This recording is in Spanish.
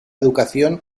educación